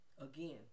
again